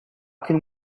can